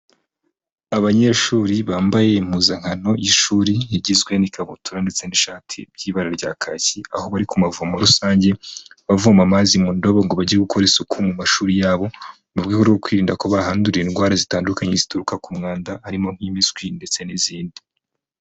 Abanyeshuri bambaye impuzankano y'ishuri, igizwe n'ikabutura ndetse n'ishati by'ibara rya kaki, aho bari ku mavumo rusange, bavoma amazi mu ndobo ngo bajye gukora isuku mu mashuri yabo, mu rwego rwo kwirinda ko bahandurira indwara zitandukanye zituruka ku mwanda, harimo nk'impiswi ndetse n'izindi.